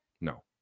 no